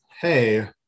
hey